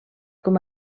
com